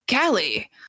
Callie